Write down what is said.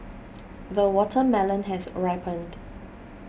the watermelon has ripened